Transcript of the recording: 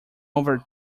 over